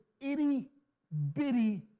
itty-bitty